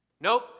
Nope